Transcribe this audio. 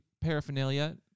paraphernalia